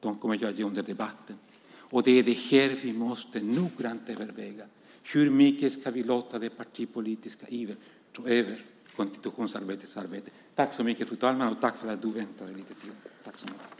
Dem kommer jag att ge under debatten. Det är det här vi noggrant måste överväga. Hur mycket ska vi låta den partipolitiska ivern ta över konstitutionsutskottets arbete? Tack så mycket för att du väntade lite till, Berit Andnor.